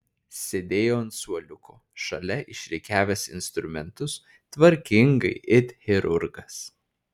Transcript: sėdėjo ant suoliuko šalia išrikiavęs instrumentus tvarkingai it chirurgas